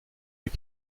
les